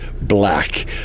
black